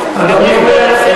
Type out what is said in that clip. הכול יכול להיות.